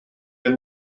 yng